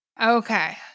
okay